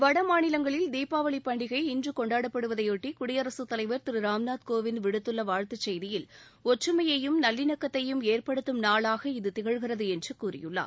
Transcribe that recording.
வட மாநிலங்களில் தீபாவளி பண்டிகை இன்று கொண்டாடப்படுவதையொட்டி குடியரசுத்தலைவர் ராம்நாத் கோவிந்த் கவிடுத்துள்ள வாழ்த்துச் செய்தியில் ஒற்றுமையையும் நல்லிணக்கத்தையும் திரு ஏற்படுத்தும் நாளாக இது திகழ்கிறது என்று கூறியுள்ளார்